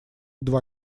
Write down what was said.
два